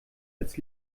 als